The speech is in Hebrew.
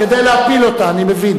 כדי להפיל אותה, אני מבין.